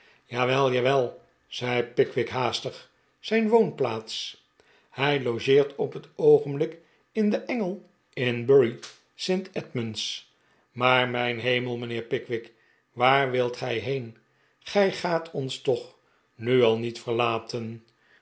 jawel jawel zei pickwick haastig zijn woonplaats hij logeert op het oogenblik in de engel in bury st edmunds maar mijn hemel mijnheer pickwick waar wilt gij heen gij gaat ons toch nu al nie t verlaten